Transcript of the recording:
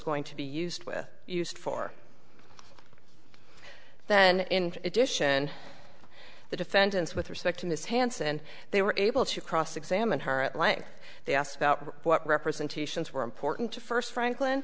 going to be used with used for that and in addition the defendants with respect to ms hanson they were able to cross examine her at length they asked about what representations were important to first franklin